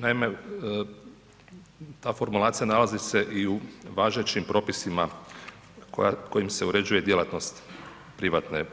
Naime, ta formulacija nalazi se i u važećim propisima kojima se uređuje djelatnost privatne